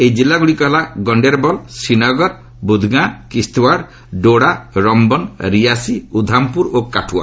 ଏହି କିଲ୍ଲାଗୁଡ଼ିକ ହେଲା ଗଣ୍ଡେରବଲ ଶ୍ରୀନଗର ବୁଦ୍ଗାଁ କିସ୍ୱାଡ ଡୋଡା ରମ୍ଘନ ରିଆସି ଉଧାମପୁର ଓ କାଠୁଆ